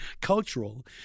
cultural